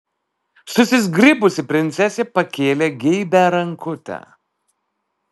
susizgribusi princesė pakėlė geibią rankutę